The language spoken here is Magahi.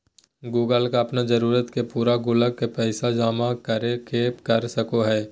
गुल्लक अपन जरूरत के पूरा गुल्लक में पैसा जमा कर के कर सको हइ